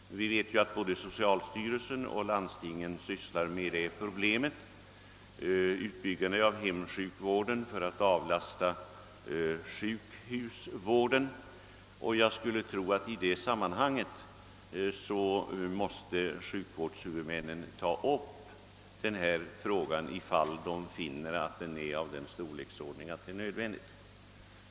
Vi vet att både socialstyrelsen och landstingen sysslar med utbyggandet av hemsjukvården för att avlasta sjukhusvården, och jag skulle tro att sjukvårdshuvudmännen i det sammanhanget måste ta upp den här aktuella frågan om de finner att den har sådan storleksordning att det är nödvändigt.